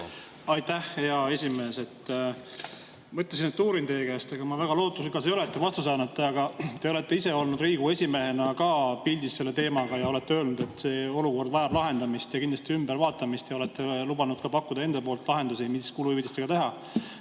Aitäh, hea esimees! Ma mõtlesin, et uurin teie käest, ehkki ega ma väga lootusrikas ei ole, et te vastuse annate. Te olete ise olnud Riigikogu esimehena ka pildis selle teemaga ja olete öelnud, et see olukord vajab lahendamist ja kindlasti ümbervaatamist. Te olete lubanud pakkuda ka ise lahendusi, mis kuluhüvitistega teha.